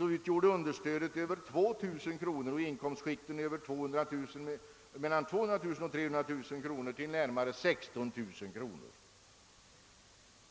utgjorde understödet över 2 000 kronor och i inkomstskiktet mellan 200 000 och 300 000 kronor närmare 16 000 kronor.